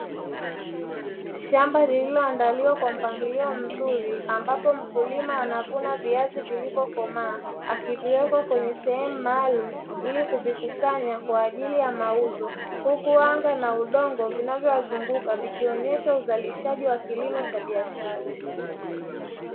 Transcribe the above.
Shamba lililoandaliwa kwa mpangilio mzuri, ambapo mkulima anavuna viazi vilivyokomaa akiviweka kwenye sehemu maalumu ili kuvikusanya kwaajili ya mauzo, huku anga na udongo vinavyowazunguka vikionyesha uzalishaji wa kilimo cha biashara.